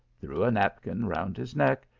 threw a napkin round his neck,